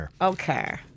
Okay